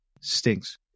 stinks